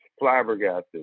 flabbergasted